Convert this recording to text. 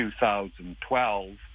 2012